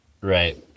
right